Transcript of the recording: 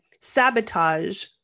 sabotage